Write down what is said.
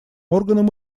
органам